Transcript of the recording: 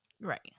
Right